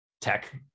tech